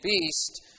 beast